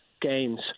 games